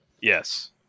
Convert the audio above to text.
Yes